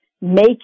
make